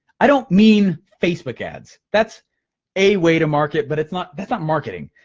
i don't mean facebook ads, that's a way to market, but that's not that's not marketing.